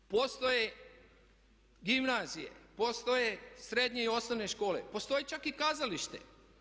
Postoje gimnazije, postoje srednje i osnovne škole, postoji čak i kazalište.